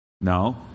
No